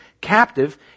captive